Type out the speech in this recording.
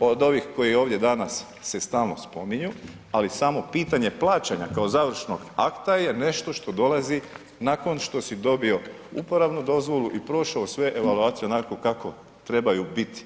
od ovih koji ovdje danas se stalno spominju, ali samo pitanje plaćanja kao završnog akta je nešto što dolazi nakon što si dobio uporabnu dozvolu i prošao sve evaluacije onako kako trebaju biti.